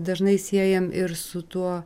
dažnai siejam ir su tuo